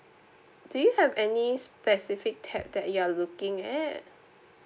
do you have any specific tab that you are looking at